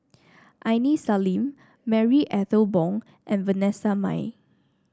Aini Salim Marie Ethel Bong and Vanessa Mae